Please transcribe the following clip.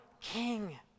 king